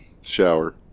Shower